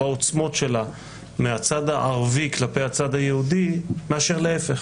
בעוצמות שלה מהצד הערבי כלפי הצד היהודי מאשר להיפך,